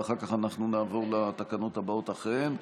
ואחר כך אנחנו נעבור לתקנות הבאות אחריהן.